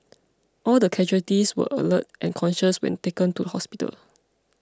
all the casualties were alert and conscious when taken to hospital